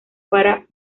para